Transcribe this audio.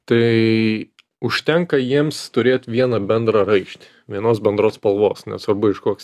tai užtenka jiems turėt vieną bendrą raištį vienos bendros spalvos nesvarbu koks